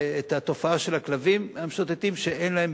התופעה של הכלבים המשוטטים שאין להם